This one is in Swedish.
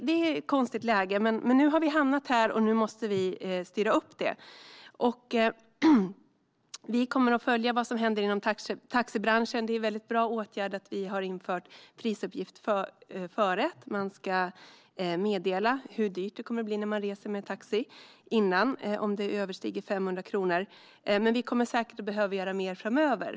Det är alltså ett konstigt läge, men nu har vi hamnat här och måste styra upp det. Vi kommer att följa vad som händer inom taxibranschen. Det är en bra åtgärd att vi har infört prisuppgift före, det vill säga att kunden ska få veta hur dyrt det kommer att bli när man reser med taxi om priset överstiger 500 kronor, men vi kommer säkert att behöva göra mer framöver.